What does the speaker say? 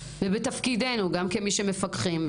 ובתפקידנו גם כמי שמפקחים,